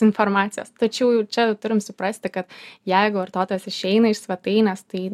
informacijos tačiau jau čia turim suprasti kad jeigu vartotojas išeina iš svetainės tai